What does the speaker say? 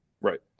Right